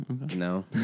no